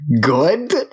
good